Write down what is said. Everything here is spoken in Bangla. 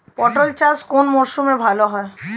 পটল চাষ কোন মরশুমে ভাল হয়?